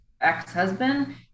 ex-husband